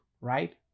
right